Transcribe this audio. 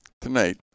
Tonight